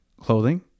clothing